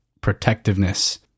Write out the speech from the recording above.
protectiveness